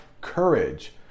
courage